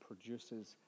produces